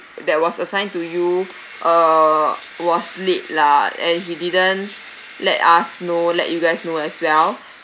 that was assigned to you uh was late lah and he didn't let us know let you guys know as well